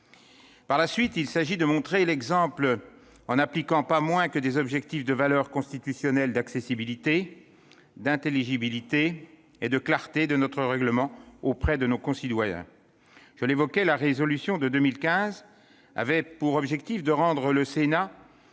Par la suite, il s'agit de montrer l'exemple en n'appliquant rien de moins que des objectifs de valeur constitutionnelle d'accessibilité, d'intelligibilité et de clarté de notre règlement auprès de nos concitoyens. Je l'évoquais, la résolution de 2015 avait pour objectif de rendre le Sénat